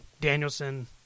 Danielson